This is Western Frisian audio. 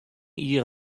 jier